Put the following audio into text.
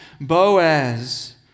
Boaz